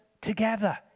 together